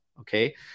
okay